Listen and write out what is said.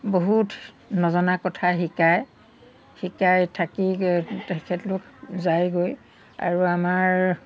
বহুত নজনা কথা শিকায় শিকাই থাকি তেখেতলোক যায়গৈ আৰু আমাৰ